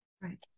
Right